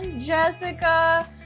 Jessica